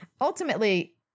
ultimately